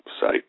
site